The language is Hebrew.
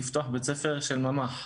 לפתוח בית ספר של ממ"ח.